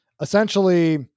essentially